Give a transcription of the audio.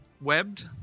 webbed